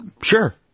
Sure